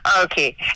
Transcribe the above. okay